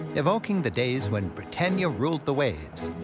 evoking the days when britannia ruled the waves,